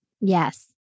Yes